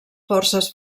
forces